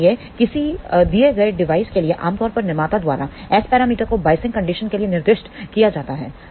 इसलिए किसी दिए गए डिवाइस के लिए आमतौर पर निर्माता द्वारा एस पैरामीटर को बायसिंग कंडीशन के लिए निर्दिष्ट किया जाता है